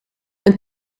een